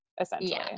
essentially